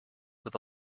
with